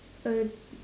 a